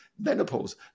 menopause